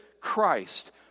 Christ